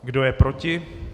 Kdo je proti?